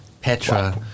Petra